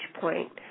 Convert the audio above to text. point